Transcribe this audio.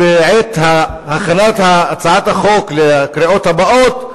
בעת הכנת הצעת החוק לקריאות הבאות,